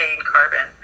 carbon